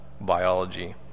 biology